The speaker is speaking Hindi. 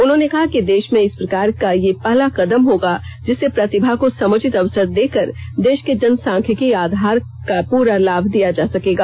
उन्होंने कहा कि देश में इस प्रकार का यह पहला कदम होगा जिससे प्रतिभा को समुचित अवसर देकर देश के जनसांख्यिकी आधार का पूरा लाभ लिया जा सकेगा